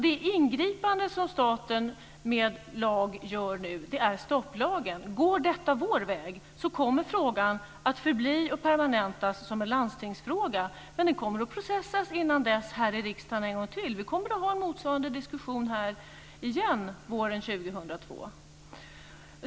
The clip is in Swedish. Det ingripande som staten med lag nu gör är stopplagen. Om detta går vår väg kommer frågan att förbli och permanentas som en landstingsfråga. Men den kommer att processas innan dess här i riksdagen en gång till. Vi kommer att ha en motsvarande diskussion här igen våren 2002.